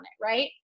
right